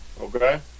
Okay